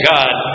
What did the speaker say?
God